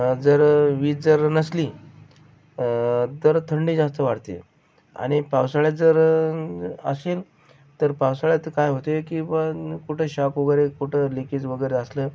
जर वीज जर नसली तर थंडी जास्त वाढते आणि पावसाळ्यात जर असेल तर पावसाळ्यात काय होते की बुवा पण कुठे शॉक वगैरे कुठं लिकेज वगैरे असलं